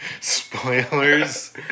spoilers